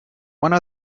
one